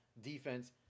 defense